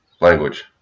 language